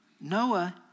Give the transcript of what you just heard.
Noah